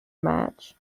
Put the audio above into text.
match